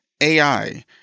AI